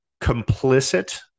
complicit